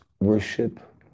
worship